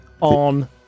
on